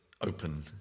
open